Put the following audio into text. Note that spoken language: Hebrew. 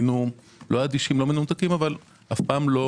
לא היינו אדישים או מנותקים אבל מעולם לא